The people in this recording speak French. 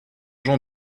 jean